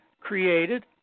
created